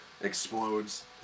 Explodes